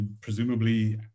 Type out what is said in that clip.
presumably